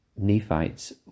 Nephites